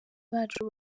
bacu